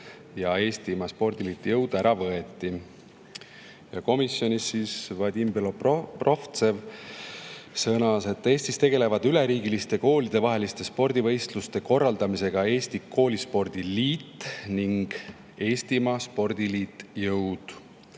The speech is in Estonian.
ja Eestimaa Spordiliidult Jõud ära võeti. Komisjonis sõnas Vadim Belobrovtsev, et Eestis tegelevad üleriigiliste koolidevaheliste spordivõistluste korraldamisega Eesti Koolispordi Liit ning Eestimaa Spordiliit Jõud.